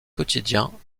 quotidiens